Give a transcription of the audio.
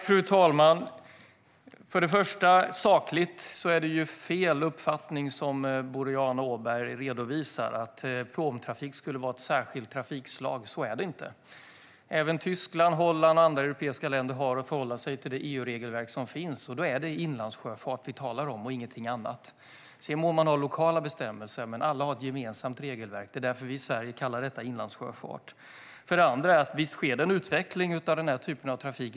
Fru talman! För det första är den uppfattning som Boriana Åberg redovisar om att pråmtrafik skulle vara ett särskilt trafikslag sakligt felaktig; så är det inte. Även Tyskland, Holland och andra europeiska länder har att förhålla sig till det EU-regelverk som finns, och då är det inlandssjöfart vi talar om och ingenting annat. Sedan må man ha lokala bestämmelser, men alla har ett gemensamt regelverk. Det är därför vi i Sverige kallar detta för inlandssjöfart. För det andra: Visst sker det en utveckling av denna typ av trafik.